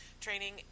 training